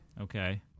Okay